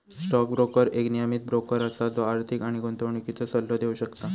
stock broker एक नियमीत broker असा जो आर्थिक आणि गुंतवणुकीचो सल्लो देव शकता